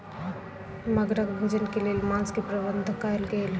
मगरक भोजन के लेल मांस के प्रबंध कयल गेल